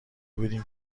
بودیم